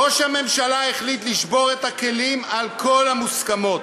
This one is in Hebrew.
ראש הממשלה החליט לשבור את הכלים על כל המוסכמות.